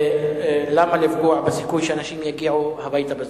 למה לפגוע בסיכוי שאנשים יגיעו הביתה בזמן?